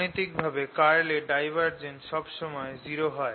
গাণিতিক ভাবে কার্ল এর ডাইভারজেন্স সব সময়ে 0 হয়